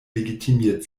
legitimiert